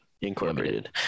incorporated